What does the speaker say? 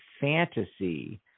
fantasy